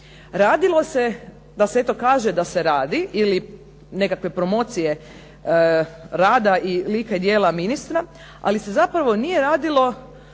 Radilo se da se eto kaže da se radi ili nekakve promocije rada i lika i djela ministra, ali se zapravo nije radilo